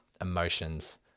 emotions